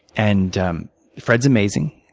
and um fred is amazing,